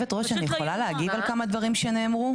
היו"ר, אני יכולה להגיב על כמה דברים שנאמרו?